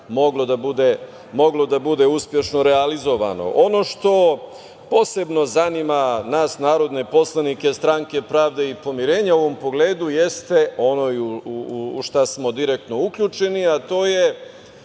moglo da bude uspešno realizovano. Ono što posebno zanima nas narodne poslanike Stranke pravde i pomirenja u ovom pogledu jeste i ono u šta smo direktno i uključeni, a to je